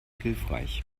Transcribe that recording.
hilfreich